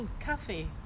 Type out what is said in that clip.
coffee